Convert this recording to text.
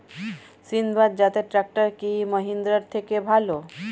সিণবাদ জাতের ট্রাকটার কি মহিন্দ্রার থেকে ভালো?